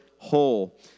whole